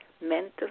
mental